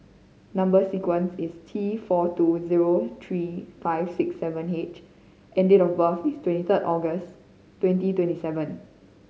number sequence is T four two zero three five six seven H and date of birth is twenty third August twenty twenty seven